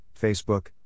Facebook